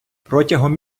протягом